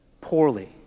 poorly